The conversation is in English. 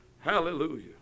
Hallelujah